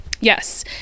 Yes